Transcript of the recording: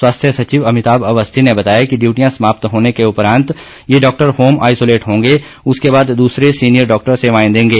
स्वास्थ्य सचिव अमिताम अवस्थी ने बताया कि ड्यूटियां समाप्त होने के उपरांत ये डॉक्टर होम आइसोलेट होंगे उसके बाद दूसरे सीनियर डॉक्टर सेवाएं देंगे